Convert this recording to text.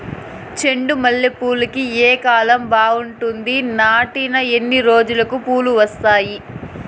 చెండు మల్లె పూలుకి ఏ కాలం బావుంటుంది? నాటిన ఎన్ని రోజులకు పూలు వస్తాయి?